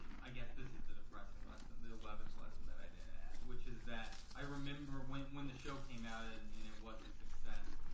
um i guess this is the depressing lesson, the eleventh lesson that i didn't add, which is that i remember when when the show came out and it was a success,